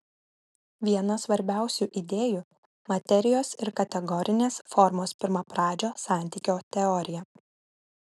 viena svarbiausių idėjų materijos ir kategorinės formos pirmapradžio santykio teorija